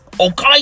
okay